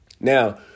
Now